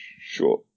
sure